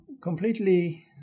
completely